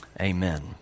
amen